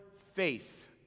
faith